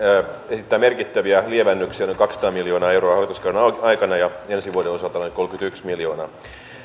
esittää merkittäviä lievennyksiä noin kaksisataa miljoonaa euroa hallituskauden aikana ja ensi vuoden osalta noin kolmekymmentäyksi miljoonaa